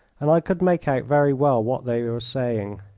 and i could make out very well what they were saying.